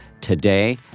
today